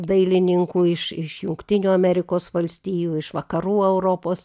dailininkų iš iš jungtinių amerikos valstijų iš vakarų europos